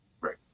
right